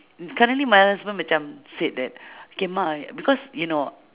currently my husband macam said that K ma because you know